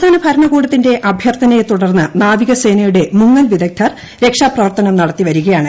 സംസ്ഥാനഭരണകൂടത്തിന്റെ അഭ്യർത്ഥനയെത്തുടർന്ന് നാവികസേനയുടെ മുങ്ങൽ വിദഗ്ധർ രക്ഷാപ്രവർത്തനം നടത്തി വരികയാണ്